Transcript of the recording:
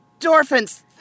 endorphins